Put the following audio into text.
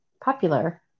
popular